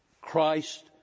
Christ